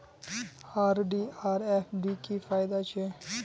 RD आर FD की फ़ायदा छे?